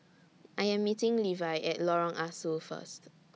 I Am meeting Levi At Lorong Ah Soo First